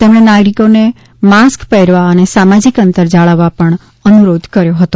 તેમણે નાગરિકોને માસ્ક પહેરવા અને સામાજીક અંતર જાળવવા અનુરીધ કર્યો હતો